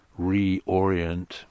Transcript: reorient